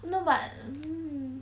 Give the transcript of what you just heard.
no but